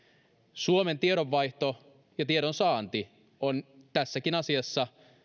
suomen tiedonvaihto ja tiedonsaanti on tässäkin asiassa